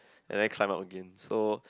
and then climb up again so